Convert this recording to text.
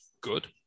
Good